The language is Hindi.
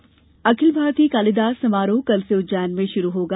कालिदास समारोह अखिल भारतीय कालिदास समारोह कल से उज्जैन में शुरू होगा